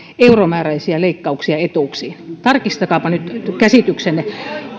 euromääräisiä leikkauksia etuuksiin tarkistakaapa nyt käsityksenne